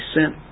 sent